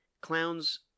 clowns